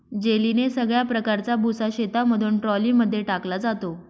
जेलीने सगळ्या प्रकारचा भुसा शेतामधून ट्रॉली मध्ये टाकला जातो